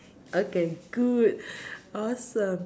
okay good awesome